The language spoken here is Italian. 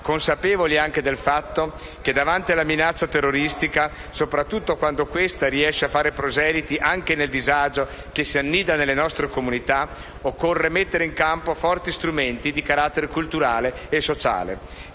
consapevolezza anche del fatto che davanti alla minaccia terroristica, soprattutto quando questa riesce a fare proseliti anche nel disagio che si annida nelle nostre comunità, occorre mettere in campo forti strumenti di carattere culturale e sociale,